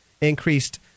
increased